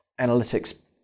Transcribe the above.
analytics